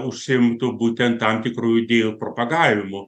užsiimtų būtent tam tikrų idėjų propagavimu